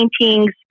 paintings